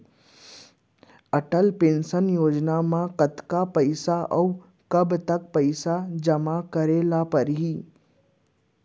Atal pension योजना म कतका पइसा, अऊ कब तक पइसा जेमा करे ल परही?